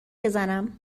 بزنم